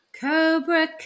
Cobra